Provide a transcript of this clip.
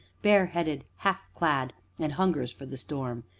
bareheaded, half clad, and hungers for the storm?